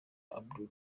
abdul